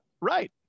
right